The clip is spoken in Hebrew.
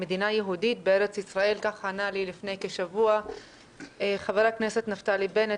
'מדינה יהודית בארץ ישראל'." כך ענה לי לפני כשבוע חבר הכנסת נפתלי בנט,